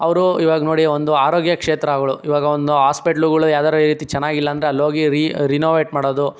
ಅವರು ಈವಾಗ ನೋಡಿ ಒಂದು ಆರೋಗ್ಯ ಕ್ಷೇತ್ರಗಳು ಈವಾಗ ಒಂದು ಹಾಸ್ಪಿಟಲ್ಗಳು ಯಾವ್ದಾರು ಈ ರೀತಿ ಚೆನ್ನಾಗಿಲ್ಲ ಅಂದರೆ ಅಲ್ಲಿ ಹೋಗಿ ರಿನೊವೇಟ್ ಮಾಡೋದು